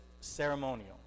ceremonial